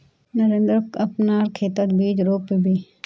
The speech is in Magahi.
नरेंद्रक अपनार खेतत बीज रोप बे